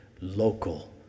local